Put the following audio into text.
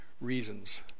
reasons